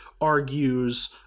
argues